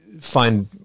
find